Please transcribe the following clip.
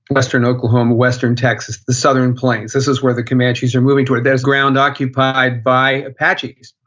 western oklahoma, western texas, the southern plains this is where the comanches are moving toward. there's ground occupied by apaches,